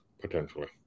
potentially